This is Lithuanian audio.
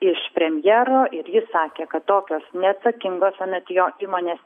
iš premjero ir jis sakė kad tokios neatsakingos anot jo įmonės